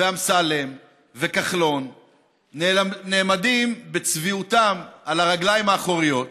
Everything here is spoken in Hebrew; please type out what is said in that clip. אמסלם וכחלון נעמדים בצביעותם על הרגליים האחוריות